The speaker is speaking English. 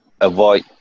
avoid